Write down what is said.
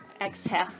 Exhale